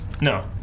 No